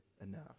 enough